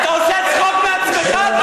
אתה עושה צחוק מעצמך.